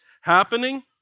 happening